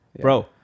bro